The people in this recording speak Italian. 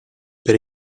per